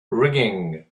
ringing